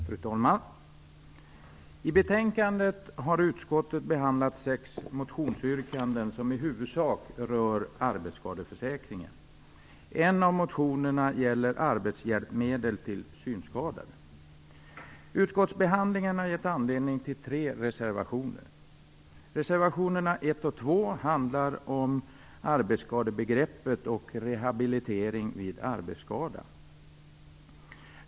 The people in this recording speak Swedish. Fru talman! I betänkandet har utskottet behandlat sex motionsyrkanden som i huvudsak rör arbetsskadeförsäkringen. En av motionerna gäller arbetshjälpmedel till synskadade. Utskottsbehandlingen har gett anledning till tre reservationer. Reservationerna 1 och 2 handlar om arbetsskadebegreppet och rehabilitering vid arbetsskada.